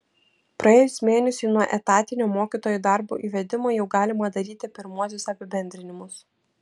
praėjus mėnesiui nuo etatinio mokytojų darbo įvedimo jau galima daryti pirmuosius apibendrinimus